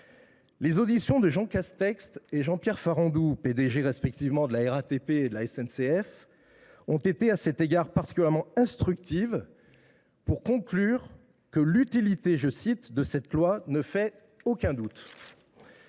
Les auditions de Jean Castex et de Jean Pierre Farandou, PDG respectivement de la RATP et de la SNCF, ont été à cet égard particulièrement instructives. Selon eux, « l’utilité de cette loi ne fait aucun doute